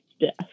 death